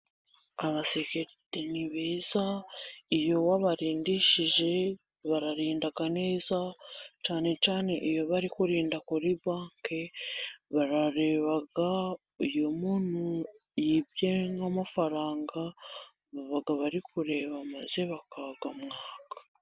Abasekirite ni beza, iyo wabaririndishije, bararinda neza, cyane cyane iyo bari kurinda kuri banki, barareba iyo muntu yibye nk'amafaranga, baba bari kureba maze bakayamwaka.